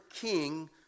king